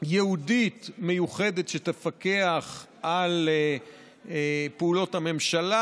ייעודית מיוחדת שתפקח על פעולות הממשלה,